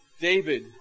David